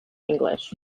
english